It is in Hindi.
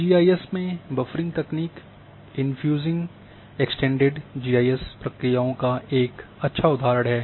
जी आई एस में बफरिंग तकनीक infusing extended G I S प्रक्रियाओं का एक अच्छा उदाहरण है